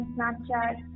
Snapchat